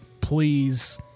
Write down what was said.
please